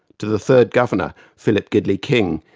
to the third governor, philip gidley king,